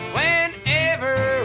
Whenever